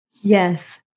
Yes